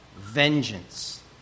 vengeance